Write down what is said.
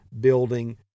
building